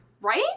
Right